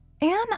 Anne